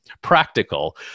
practical